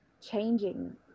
changing